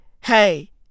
Hey